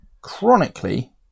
chronically